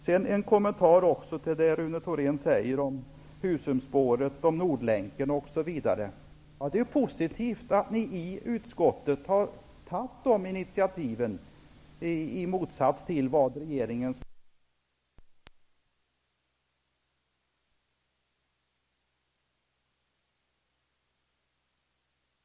Sedan också en kommentar till det Rune Thorén säger om Husumspåret, Nordlänken, osv. Det är positivt att ni i utskottet har tagit de initiativen, i motsats till regeringen. Men jag vill påminna om att det vad gäller Nordlänken bara är en liten del som har förutsättningar att rymmas inom ert förslag under tioårsperioden, fastän ni säger att det är ett prioriterat objekt. Detsamma gäller Husumspåret. Det vore tacknämligt om ni kunde övertyga regeringen om att det inte är Ådalsbanan som är början till en Bothniabana, utan en rejäl järväg på det s.k. Husumspåret.